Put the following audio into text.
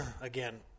again